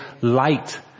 light